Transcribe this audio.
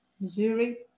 Missouri